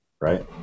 right